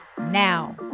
now